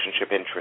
interest